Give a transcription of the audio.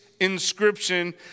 inscription